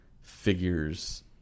figures